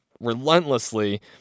relentlessly